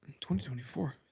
2024